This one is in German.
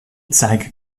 zeiger